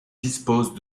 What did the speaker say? dispose